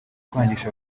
kwangisha